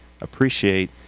appreciate